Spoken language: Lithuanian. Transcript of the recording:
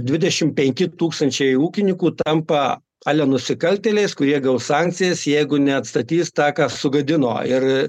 dvidešimt penki tūkstaničiai ūkininkų tampa ale nusikaltėliais kurie gaus sankcijas jeigu neatstatys tą ką sugadino ir